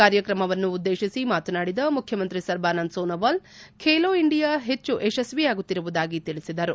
ಕಾರ್ಯಕ್ರಮವನ್ನುದ್ದೇತಿಸಿ ಮಾತನಾಡಿದ ಮುಖ್ಯಮಂತ್ರಿ ಸರ್ಬಾನಂದ್ ಸೋನಾವಾಲ್ ಖೇಲೋ ಇಂಡಿಯಾ ಹೆಚ್ಚು ಯಶಸ್ವಿಯಾಗುತ್ತಿರುವುದಾಗಿ ತಿಳಿಸಿದರು